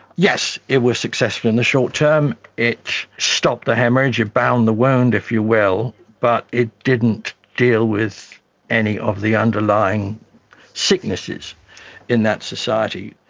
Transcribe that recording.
yes, it was successful in the short term. it stopped the haemorrhage, it bound the wound, if you will, but it didn't deal with any of the underlying sicknesses in that society.